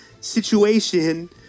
situation